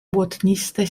błotniste